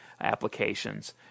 applications